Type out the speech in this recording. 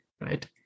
right